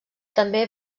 també